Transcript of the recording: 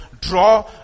draw